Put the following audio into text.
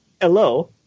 Hello